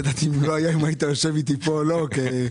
בדיוק.